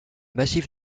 massif